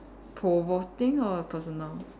provoking or personal